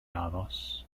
aros